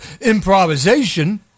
improvisation